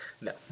No